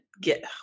get